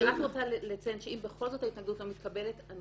אני רוצה לציין שאם בכל זאת ההתנגדות לא מתקבלת אנחנו